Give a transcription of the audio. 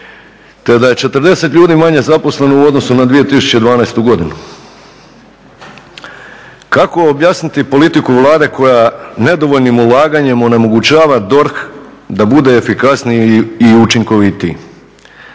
te da je 40 ljudi manje zaposleno u odnosu na 2012. godinu. Kako objasniti politiku Vlade koja nedovoljnim ulaganjem onemogućava DORH da bude efikasniji i učinkovitiji?